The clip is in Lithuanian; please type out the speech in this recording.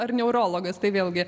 ar neurologas tai vėlgi